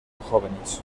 jóvenes